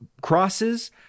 crosses